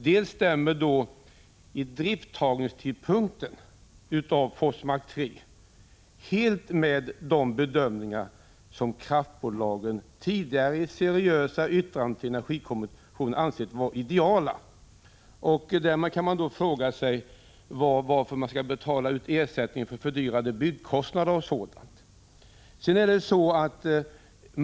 Först och främst stämmer idrifttagningstidpunkten för Forsmark 3 helt med de bedömningar som kraftbolagen tidigare i seriösa yttranden till energikommissionen ansett vara ideala. Man kan då fråga sig varför det skall betalas ut ersättning för fördyrade byggkostnader och annat sådant.